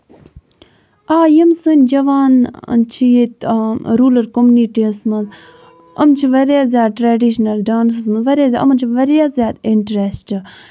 آ یِم سٲنۍ جَوان چھِ ییٚتہِ روٗلَر کومنِٹِی یَس منٛز یِم چھِ واریاہ زیادٕ ٹریڈِشنَل ڈانسس منٛز واریاہ زیاد یِمَن چھِ واریاہ اِنٹرَسٹ